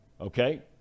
okay